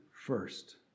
First